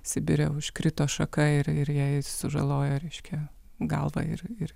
sibire užkrito šaka ir ir jai sužalojo reiškia galvą ir ir